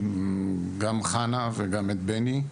גם חנה וגם את בני,